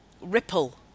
ripple